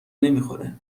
نمیخوره